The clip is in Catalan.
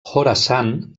khorasan